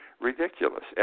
Ridiculous